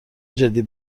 جدی